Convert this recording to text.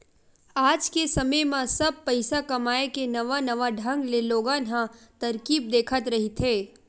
आज के समे म सब पइसा कमाए के नवा नवा ढंग ले लोगन ह तरकीब देखत रहिथे